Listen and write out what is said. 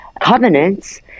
covenants